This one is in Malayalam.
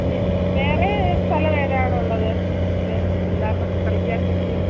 പിന്നെ വേറേ സ്ഥലം എതാണുള്ളത് നമുക്ക് പിള്ളേർക്കൊക്കെ കളിക്കാൻ പറ്റിയ